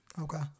Okay